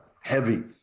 heavy